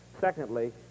Secondly